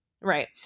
right